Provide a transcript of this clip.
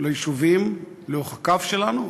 ליישובים לאורך הקו שלנו עכשיו,